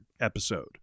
episode